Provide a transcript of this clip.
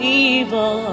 evil